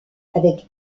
avec